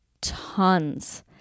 tons